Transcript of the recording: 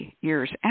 years